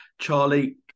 Charlie